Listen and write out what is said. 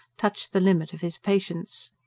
touched the limit of his patience.